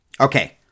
Okay